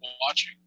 watching